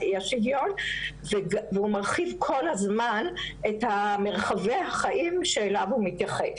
אי השוויון והוא מרחיב כל הזמן את מרחבי החיים שאליו הוא מתייחס,